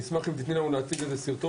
אני אשמח אם תתני לנו להציג סרטון.